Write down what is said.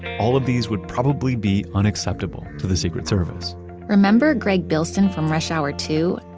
all of these would probably be unacceptable to the secret service remember gregg bilson from rush hour two?